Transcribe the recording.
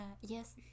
yes